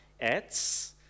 ads